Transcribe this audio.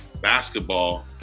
basketball